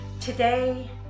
Today